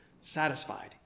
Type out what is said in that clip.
satisfied